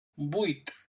vuit